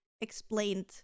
explained